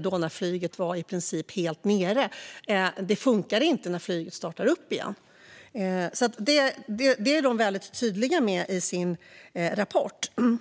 då när flyget i princip stod stilla. Men det funkar inte när flyget startar upp igen. Det är väldigt tydligt i rapporten.